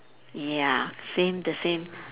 ya same the same